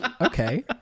okay